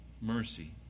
mercy